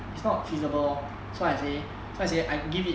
it's not feasible lor so I say so I say so I give it